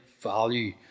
value